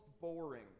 boring